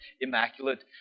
immaculate